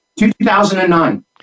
2009